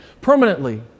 permanently